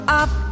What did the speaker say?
up